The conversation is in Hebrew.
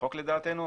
בחוק לדעתנו,